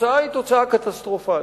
התוצאה היא תוצאה קטסטרופלית.